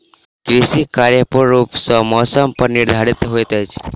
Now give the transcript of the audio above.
कृषि कार्य पूर्ण रूप सँ मौसम पर निर्धारित होइत अछि